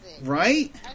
Right